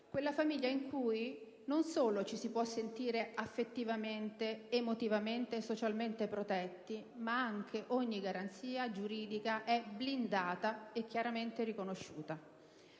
quella famiglia in cui non solo ci si può sentire affettivamente, emotivamente e socialmente protetti, ma anche ogni garanzia giuridica è blindata e chiaramente riconosciuta.